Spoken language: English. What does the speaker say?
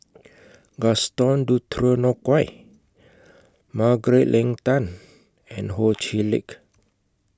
Gaston Dutronquoy Margaret Leng Tan and Ho Chee Lick